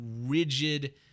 rigid